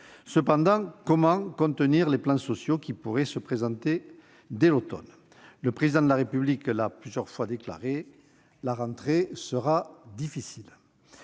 Cependant, comment contenir les plans sociaux qui pourraient se présenter dès l'automne ? Le Président de la République l'a plusieurs fois déclaré :« La rentrée sera difficile.